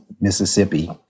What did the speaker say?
Mississippi